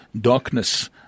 darkness